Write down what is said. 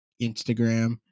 Instagram